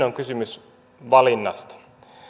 on kysymys valinnasta